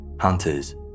hunters